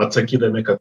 atsakydami kad